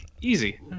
easy